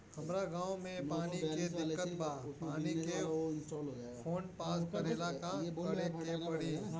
हमरा गॉव मे पानी के दिक्कत बा पानी के फोन्ड पास करेला का करे के पड़ी?